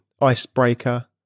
icebreaker